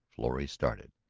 florrie started.